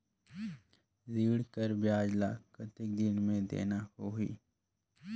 ऋण कर ब्याज ला कतेक दिन मे देना होही?